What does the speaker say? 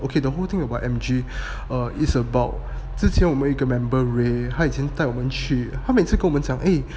okay the whole thing about M_G uh it's about 之前我们有个 member ray 他以前带我们去他每次跟我们讲 err